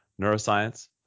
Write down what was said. neuroscience